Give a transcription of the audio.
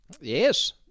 Yes